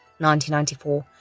1994